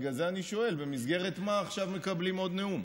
בגלל זה אני שואל במסגרת מה עכשיו מקבלים עוד נאום.